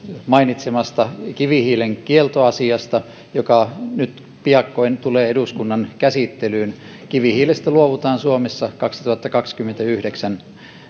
mainitsemasta kivihiilen kieltoasiasta joka nyt piakkoin tulee eduskunnan käsittelyyn kivihiilestä luovutaan suomessa kaksituhattakaksikymmentäyhdeksän